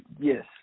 Yes